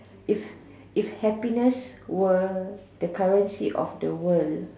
if happiness were the currency of the world